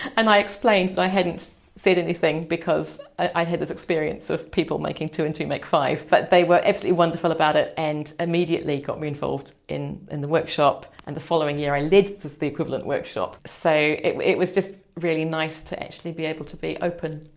and i explained that i hadn't said anything because i'd had this experience of people making two and two make five. but they were absolutely wonderful about it and immediately got me involved in in the workshop. and the following year i led the equivalent workshop. so, it it was just really nice to actually be able to be open.